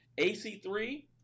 AC3